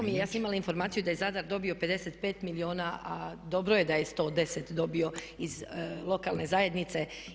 Drago mi je, ja sam imala informaciju da je Zadar dobio 55 milijuna, a dobro je da je 110 dobio iz lokalne zajednice.